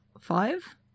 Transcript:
five